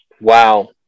Wow